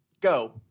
Go